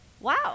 Wow